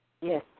Yes